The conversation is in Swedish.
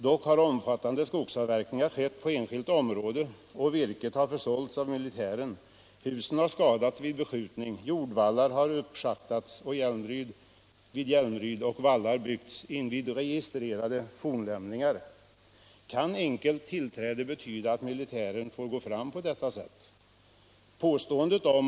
Dock har omfattande skogsavverkningar skett på enskilt område, och virket har försålts av militären. Husen har skadats vid skjutningar, jordvallar har uppschaktats vid Hjälmryd och vallar byggts invid registrerade fornlämningar. Kan enkelt förhandstillträde betyda att militären får gå fram på detta sätt?